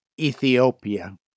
Ethiopia